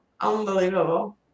unbelievable